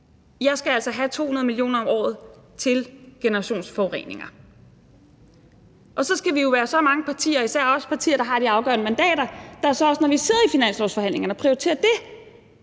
jeg altså skal have 200 mio. kr. om året til generationsforureninger. Og så skal vi jo være så mange partier – især også partier, der har de afgørende mandater – der, når vi sidder i finanslovsforhandlingerne, prioriterer det,